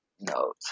note